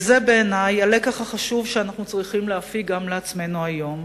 וזה בעיני הלקח החשוב שאנחנו צריכים להפיק גם לעצמנו היום.